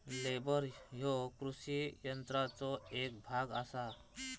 baler ह्यो कृषी यंत्राचो एक भाग आसा